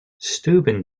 steuben